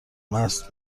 مست